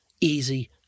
easy